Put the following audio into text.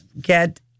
get